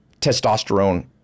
testosterone